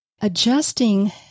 adjusting